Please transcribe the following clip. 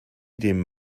dem